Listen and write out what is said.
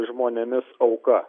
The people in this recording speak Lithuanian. žmonėmis auka